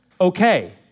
okay